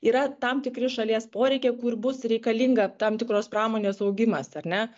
yra tam tikri šalies poreikiai kur bus reikalinga tam tikros pramonės augimas ar ne